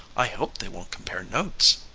i hope they won't compare notes.